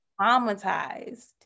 traumatized